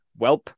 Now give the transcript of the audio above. Welp